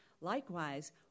Likewise